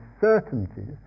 certainties